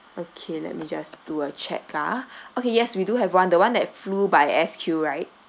okay let me just do a check ah okay yes we do have one the one that flew by S_Q right